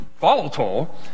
volatile